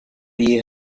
yihaye